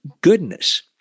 goodness